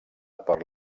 per